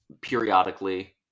periodically